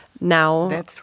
now